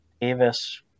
Davis